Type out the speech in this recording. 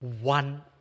one